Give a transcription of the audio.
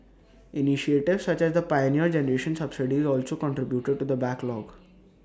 initiatives such as the Pioneer Generation subsidies also contributed to the backlog